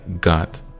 got